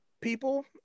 people